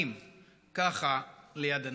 בחיים ככה ליד אנשים.